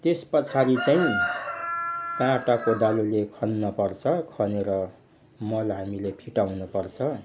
त्यसपछि चाहिँ काँटा कोदालोले खन्नपर्छ खनेर मल हामीले फिटाउनुपर्छ